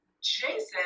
Jason